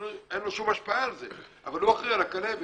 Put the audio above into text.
אין לו שום השפעה על זה אבל הוא אחראי על הכלבת.